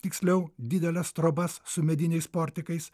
tiksliau dideles trobas su mediniais portikais